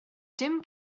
dim